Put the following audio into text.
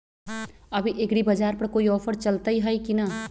अभी एग्रीबाजार पर कोई ऑफर चलतई हई की न?